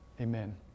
Amen